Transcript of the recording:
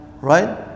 Right